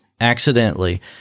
accidentally